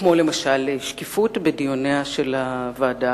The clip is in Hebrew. כמו למשל שקיפות בדיוניה של הוועדה